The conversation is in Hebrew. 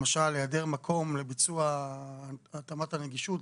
למשל היעדר מקום לביצוע התאמת הנגישות,